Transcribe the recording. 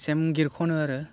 same गिट खनो आरो